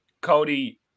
Cody